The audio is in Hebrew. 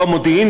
והוא המודיעין,